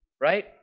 right